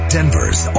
Denver's